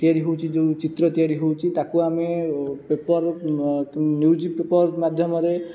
ତିଆରି ହେଉଛି ଯେଉଁ ଚିତ୍ର ତିଆରି ହେଉଛି ତାକୁ ଆମେ ପେପର ନ୍ୟୁଜ୍ପେପର ମାଧ୍ୟମରେ